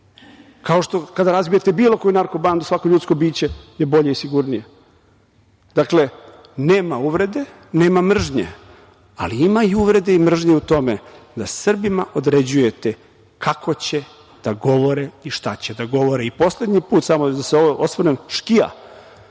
Kao što kada razbijete bilo koju narko-bandu svako ljudsko biće je bolje i sigurnije. Dakle, nema uvrede, nema mržnje, ali ima i uvrede i mržnje u tome da Srbima određujete kako će da govore i šta će da govore. Poslednji put samo da se osvrnem, „škija“